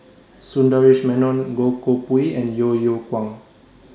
Sundaresh Menon Goh Koh Pui and Yeo Yeow Kwang